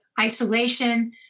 isolation